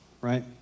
right